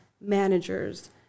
managers